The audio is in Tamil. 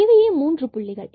இவையே மூன்று புள்ளிகள்